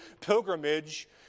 pilgrimage